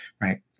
right